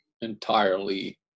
entirely